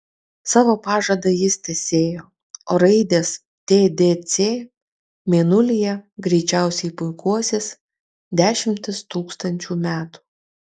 savo pažadą jis tęsėjo o raidės tdc mėnulyje greičiausiai puikuosis dešimtis tūkstančių metų